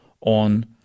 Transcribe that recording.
on